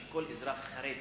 של כל אזרח חרד